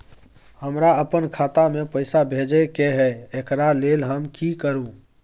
हमरा अपन खाता में पैसा भेजय के है, एकरा लेल हम की करू?